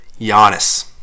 Giannis